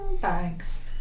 Bags